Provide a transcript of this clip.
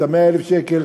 את 100,000 השקל,